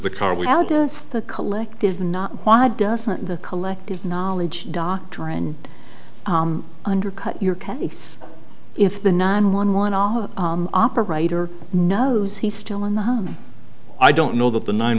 of the collective not why doesn't the collective knowledge doctrine undercut your case if the nine one one all operator knows he's still in the i don't know that the nine